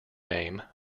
name